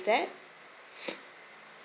that